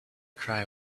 cry